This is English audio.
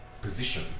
position